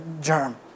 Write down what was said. germ